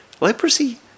leprosy